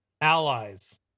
allies